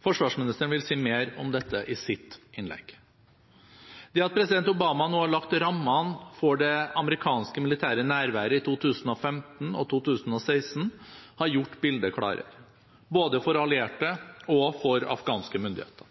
Forsvarsministeren vil si mer om dette i sitt innlegg. Det at president Obama nå har lagt rammene for det amerikanske militære nærværet i 2015 og 2016, har gjort bildet klarere, både for allierte og for afghanske myndigheter.